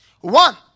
One